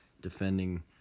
defending